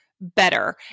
better